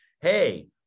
Hey